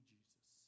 Jesus